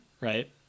Right